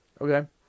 Okay